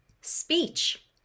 Speech